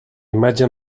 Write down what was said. imatge